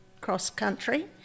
cross-country